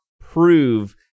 prove